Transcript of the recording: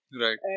Right